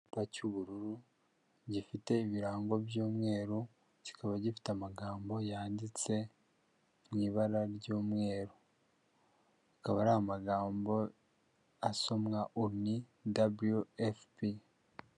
Icyapa cy'ubururu gifite ibirango by'umweru kikaba gifite amagambo yanditse mu ibara ry'umweru akaba ari amagambo asomwa oni daburiyu efupi.